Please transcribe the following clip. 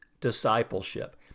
Discipleship